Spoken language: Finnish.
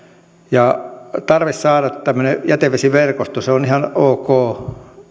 tarve saada tämmöinen jätevesiverkosto on ihan ok